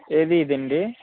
ఏది ఇదా అండి